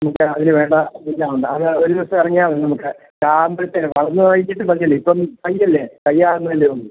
നമുക്ക് അതിൽ വേണ്ട എല്ലാം ഉണ്ട് അത് ഒരു ദിവസം ഇറങ്ങിയാൽ മതി നമുക്ക് അതാവുമ്പോഴത്തേക്കും വളർന്നു കഴിഞ്ഞിട്ട് മതിയല്ലോ ഇപ്പം തൈയ്യല്ലേ തൈയ്യാവുന്നല്ലേ ഉള്ളൂ